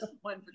one